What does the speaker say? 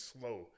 slow